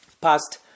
past